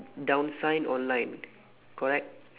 down sign online